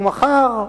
ומחר,